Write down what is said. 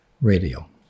Radio